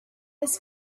his